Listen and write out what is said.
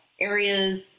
areas